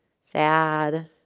sad